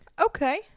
Okay